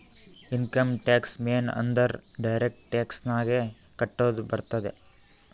income tax ಮೇನ್ ಅಂದುರ್ direct tax ನಾಗೆ ಕಟ್ಟದ್ ಬರ್ತುದ್